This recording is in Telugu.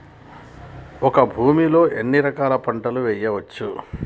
ఒక భూమి లో ఎన్ని రకాల పంటలు వేయచ్చు?